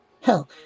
Hell